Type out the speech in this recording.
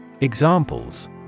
Examples